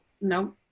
No